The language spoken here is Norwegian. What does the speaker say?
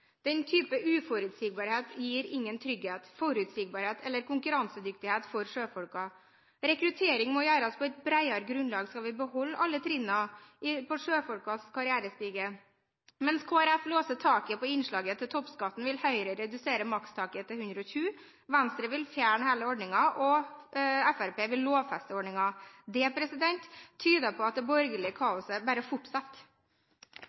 Den type uforutsigbarhet gir ingen trygghet, forutsigbarhet eller konkurransedyktighet for sjøfolkene. Rekruttering må gjøres på et bredere grunnlag om vi skal beholde alle trinnene på sjøfolkenes karrierestige. Mens Kristelig Folkeparti låser taket på innslaget til toppskatten, vil Høyre redusere makstaket til 120 000 kr, Venstre vil fjerne hele ordningen og Fremskrittspartiet vil lovfeste ordningen. Det tyder på at det borgerlige